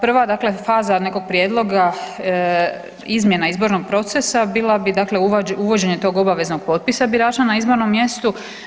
Prva dakle faza nekog prijedloga izmjena izbornog procesa bila bi dakle uvođenje tog obaveznog potpisa birača na izbornom mjestu.